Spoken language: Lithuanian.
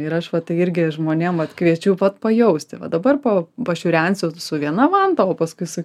ir aš va tai irgi žmonėm vat kviečiu vat pajausti va dabar pa pašiūrensiu su viena vanta o paskui su